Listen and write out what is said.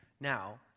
Now